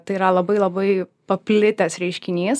tai yra labai labai paplitęs reiškinys